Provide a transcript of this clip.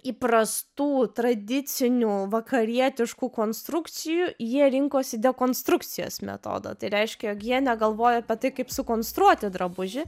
įprastų tradicinių vakarietiškų konstrukcijų jie rinkosi dekonstrukcijos metodą tai reiškia jog jie negalvoja pati kaip sukonstruoti drabužį